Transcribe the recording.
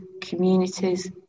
communities